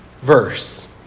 verse